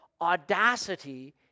audacity